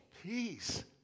Peace